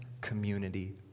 community